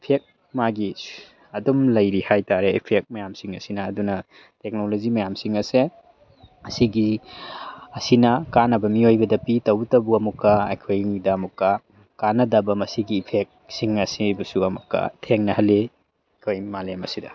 effect ꯃꯥꯒꯤ ꯑꯗꯨꯝ ꯂꯩꯔꯤ ꯍꯥꯏꯇꯥꯔꯦ ꯏꯐꯦꯛ ꯃꯌꯥꯝꯁꯤꯡ ꯑꯁꯤꯅ ꯑꯗꯨꯅ ꯇꯦꯛꯅꯣꯂꯣꯖꯤ ꯃꯌꯥꯝꯁꯤꯡ ꯑꯁꯦ ꯑꯁꯤꯒꯤ ꯑꯁꯤꯅ ꯀꯥꯟꯅꯕ ꯃꯤꯑꯣꯏꯕꯗ ꯄꯤ ꯇꯧꯕꯇꯗꯨ ꯑꯃꯨꯛꯀ ꯑꯩꯈꯣꯏꯗ ꯑꯃꯨꯛꯀ ꯀꯥꯟꯅꯗꯕ ꯃꯁꯤꯒꯤ ꯏꯐꯦꯛꯁꯤꯡ ꯑꯁꯤꯕꯨꯁꯨ ꯑꯃꯨꯛꯀ ꯊꯦꯡꯅꯍꯜꯂꯤ ꯑꯩꯈꯣꯏ ꯃꯥꯂꯦꯝ ꯑꯁꯤꯗ